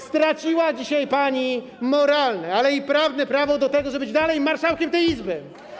Straciła pani dzisiaj moralne, ale i prawne prawo do tego, żeby być dalej marszałkiem tej Izby.